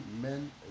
Men